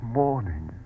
morning